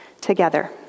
together